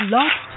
Love